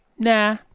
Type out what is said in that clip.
nah